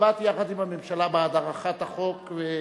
הצבעתי יחד עם הממשלה בעד הארכת החוק.